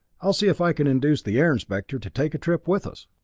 i'll see if i can induce the air inspector to take a trip with us.